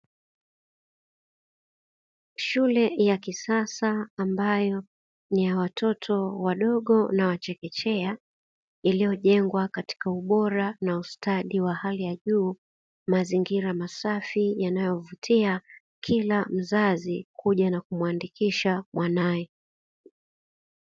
Shule ya kisasa ambayo ni ya watoto wadogo na wa chekechea, iliyojengwa katika ubora na ustadi wa hali ya juu, mazingira masafi yanayovutia, kila mzazi kuja na kumuandikisha mwanae.